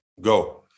go